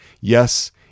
Yes